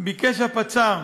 ביקש הפצ"ר